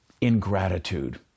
ingratitude